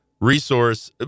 resource